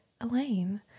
Elaine